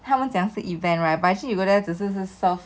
他们讲是 event right but actually you go there 只是去 serve